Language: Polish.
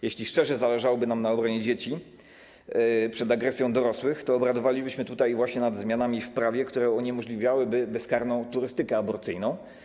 Jeśli szczerze zależałoby nam na obronie dzieci przed agresją dorosłych, to obradowalibyśmy tutaj właśnie nad zmianami w prawie, które uniemożliwiłyby bezkarną turystykę aborcyjną.